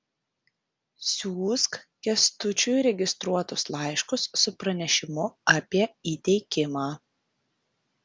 siųsk kęstučiui registruotus laiškus su pranešimu apie įteikimą